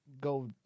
go